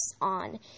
on